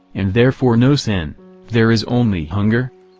and therefore no sin there is only hunger?